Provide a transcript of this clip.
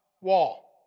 Wall